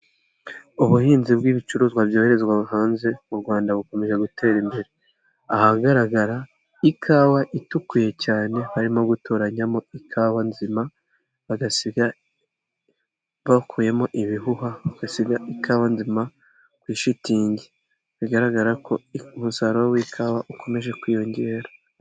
Ubuhinzi bw'ibicuruzwa byoherezwa hanze mu Rwanda bukomeje gutera imbere ahagaragara ikawa itukuye cyane harimo gutoranyamo ikawa nzima bagasiga bakuyemo ibihuhwa bagasiga ikawa nzima ku ishitingi bigaragara ko umusaruro w'ikawa ukomeje kwiyongera.